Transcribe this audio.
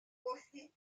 aussi